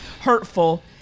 hurtful